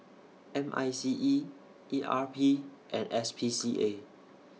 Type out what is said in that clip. M I C E E R P and S P C A